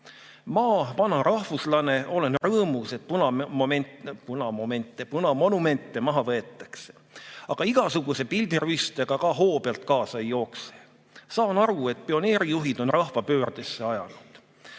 Ma, vana rahvuslane, olen rõõmus, et punamonumente maha võetakse, aga igasuguse pildirüüstega ka hoo pealt kaasa ei jookse. Saan aru, et pioneerijuhid on rahva pöördesse ajanud.